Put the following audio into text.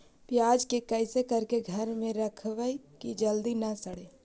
प्याज के कैसे करके घर में रखबै कि जल्दी न सड़ै?